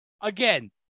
Again